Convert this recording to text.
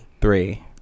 three